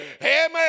Amen